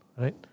right